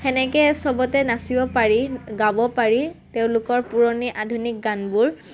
তেনেকৈ চবতে নাচিব পাৰি গাব পাৰি তেওঁলোকৰ পুৰণি আধুনিক গানবোৰ